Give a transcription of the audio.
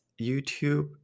YouTube